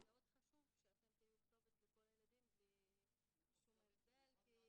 זה מאוד חשוב שאתם תהיו כתובת לכל הילדים בלי שם הבדל.